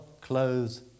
clothes